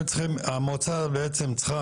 המועצה בעצם צריכה